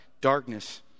darkness